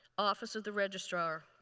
office of the registrar.